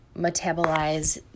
metabolize